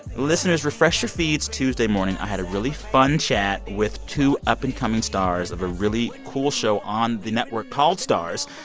listeners, refresh your feeds tuesday morning. i had a really fun chat with two up-and-coming stars of a really cool show on the network called starz.